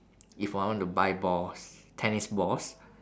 if I want to buy balls tennis balls